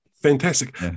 Fantastic